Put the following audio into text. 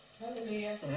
Hallelujah